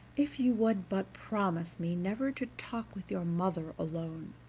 if you would but promise me never to talk with your mother alone,